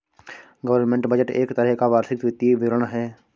government budget एक तरह का वार्षिक वित्तीय विवरण है